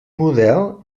model